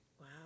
Wow